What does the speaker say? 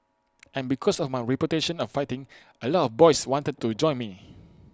and because of my reputation of fighting A lot of boys wanted to join me